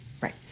right